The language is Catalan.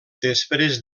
després